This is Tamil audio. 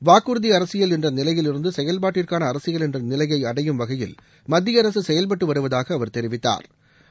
வாக்குறுதி அரசியல் என்ற நிலையிலிருந்து செயல்பாட்டிற்கான அரசியல் என்ற நிலையை அடையும் வகையில் மத்திய அரசு செயல்பட்டு வருவதாக அவர் தெரிவித்தாா்